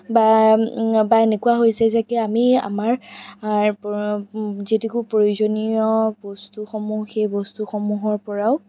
বা বা এনেকুৱা হৈছে যে আমি আমাৰ যি প্ৰয়োজনীয় বস্তুসমূহ সেই বস্তুসমূহৰ পৰাও